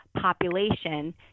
population